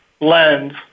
lens